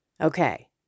Okay